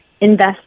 invest